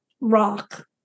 rock